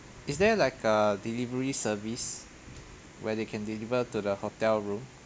is there like a delivery service where they can deliver to the hotel room